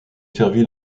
servi